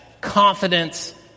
confidence